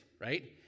right